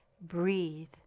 breathe